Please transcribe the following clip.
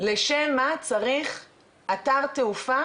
לשם מה צריך אתר תעופה